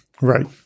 Right